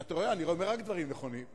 אתה רואה, אני אומר רק דברים נכונים.